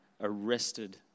arrested